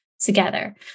together